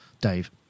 Dave